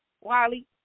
Wiley